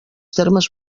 termes